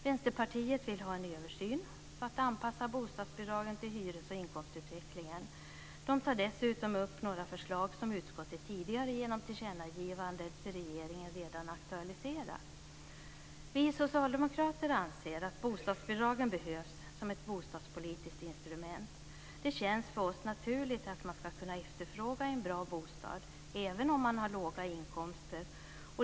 Vänsterpartiet vill ha en översyn för att anpassa bostadsbidragen till hyres och inkomstutvecklingen. De tar dessutom upp några förslag som utskottet tidigare genom tillkännagivande till regeringen redan aktualiserat. Vi socialdemokrater anser att bostadsbidragen behövs som ett bostadspolitiskt instrument. Det känns för oss naturligt att man ska kunna efterfråga en bra bostad även om man har låga inkomster.